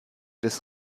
des